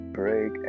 break